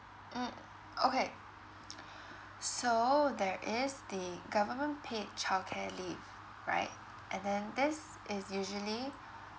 mm okay so there is the government paid childcare leave right and then this is usually